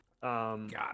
God